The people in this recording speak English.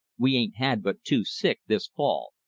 we ain't had but two sick this fall,